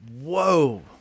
Whoa